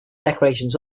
decorations